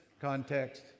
context